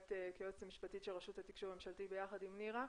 כיועצת המשפטית של רשות התקשוב הממשלתי יחד עם היועצת המשפטית לוועדה,